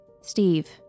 Steve